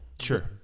Sure